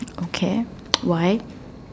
okay why